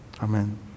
amen